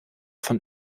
von